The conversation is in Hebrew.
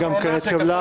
רוויזיה גם כן התקבלה.